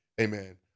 amen